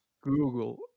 Google